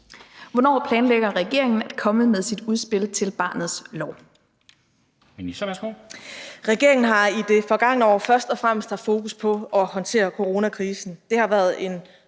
Hvornår planlægger regeringen at komme med sit udspil til barnets lov?